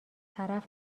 طرف